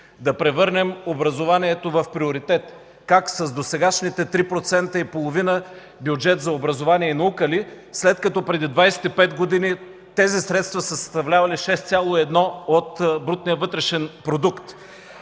да превърнем образованието в приоритет. Как? С досегашните 3,5% бюджет за образование и наука ли, след като преди 25 години тези средства са съставлявали 6,1% от брутния вътрешен продукт?!